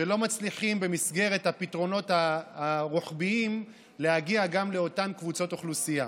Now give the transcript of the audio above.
ולא מצליחים במסגרת הפתרונות הרוחביים להגיע לאותן קבוצות אוכלוסייה.